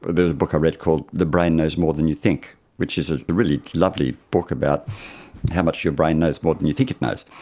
there was a book i read called the brain knows more than you think, which is a really lovely book about how much your brain knows more than you think it knows.